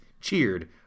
cheered